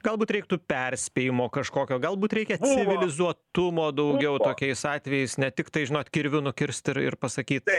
galbūt reiktų perspėjimo kažkokio galbūt reikia civilizuotumo daugiau tokiais atvejais ne tiktai žinot kirviu nukirst ir ir pasakyt